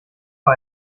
bei